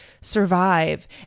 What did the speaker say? survive